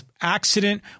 accident